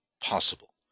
possible